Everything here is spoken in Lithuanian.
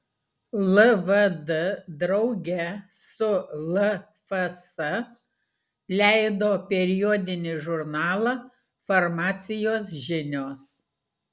lvd drauge su lfs leido periodinį žurnalą farmacijos žinios